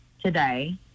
today